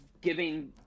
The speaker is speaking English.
giving